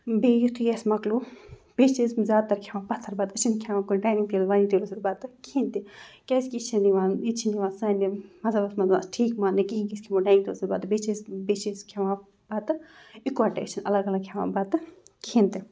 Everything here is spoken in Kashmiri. بیٚیہِ یُتھُے اَسہِ مۄکلیو بیٚیہِ چھِ أسۍ یِم زیادٕتَر کھٮ۪وان پَتھَر بَتہٕ أسۍ چھِنہٕ کھٮ۪وان گۄڈٕ ڈاینِنٛگ ٹیبٕل واینِنٛگ ٹیبلَس پٮ۪ٹھ بَتہٕ کِہیٖنۍ تہِ کیٛازِکہِ یہِ چھِنہٕ یِوان یہِ چھِنہٕ یِوان سانہِ مذہَبَس منٛز ٹھیٖک ماننہٕ کِہیٖنۍ کہِ أسۍ کھٮ۪مو ڈاینِنٛگ ٹیبلَس پٮ۪ٹھ بَتہٕ بیٚیہِ چھِ أسۍ بیٚیہِ چھِ أسۍ کھٮ۪وان بَتہٕ اِکوَٹَے أسۍ چھِنہٕ الگ الگ کھٮ۪وان بَتہٕ کِہیٖنۍ تہِ